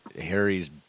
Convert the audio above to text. Harry's